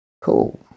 cool